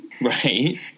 Right